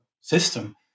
system